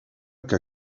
que